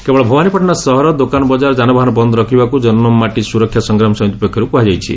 କେବଳ ଭବାନୀପାଟଣା ସହର ଦୋକାନ ବଜାର ଯାନବାହନ ବନ୍ଦ୍ ରହିବାକୃ ଜନମମାଟି ସୁରକ୍ଷା ସଂଗ୍ରାମ ସମିତି ପକ୍ଷରୁ କୁହାଯାଇଛି